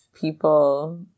people